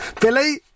Billy